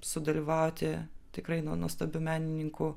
sudalyvauti tikrai nuo nuostabių menininkų